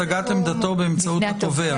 הצגת עמדתו באמצעות התובע.